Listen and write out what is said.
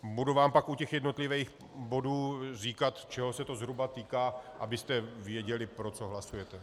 Budu vám pak u jednotlivých bodů říkat, čeho se to zhruba týká, abyste věděli, pro co hlasujete.